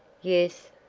yes,